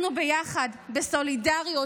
אנחנו ביחד, בסולידריות.